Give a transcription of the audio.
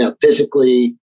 physically